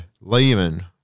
Lehman